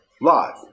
Live